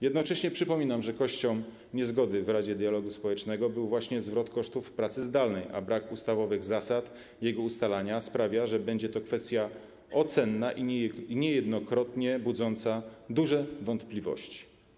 Jednocześnie przypominam, że kością niezgody w Radzie Dialogu Społecznego był właśnie zwrot kosztów pracy zdalnej, a brak ustawowych zasad jego ustalania sprawia, że będzie to kwestia ocenna i niejednokrotnie budząca duże wątpliwości.